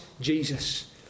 Jesus